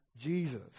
Jesus